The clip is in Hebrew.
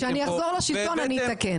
מאה אחוז, כשאני אחזור לשלטון אני אתקן.